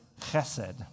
chesed